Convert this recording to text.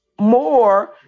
more